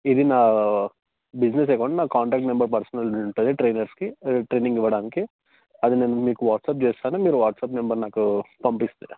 ఇది నా business account నా కాంటాక్ట్ నంబర్ పర్సనల్ది ఉంటుంది ట్రైనర్స్కి అదే ట్రైనింగ్ ఇవ్వడానికి అది నేను మీకు వాట్సాప్ చేస్తాను మీరు వాట్సాప్ నంబర్ నాకు పంపిస్తే